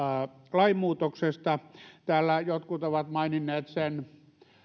lainmuutoksesta täällä jotkut ovat maininneet sen